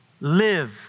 live